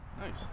Nice